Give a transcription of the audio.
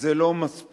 זה לא מספיק.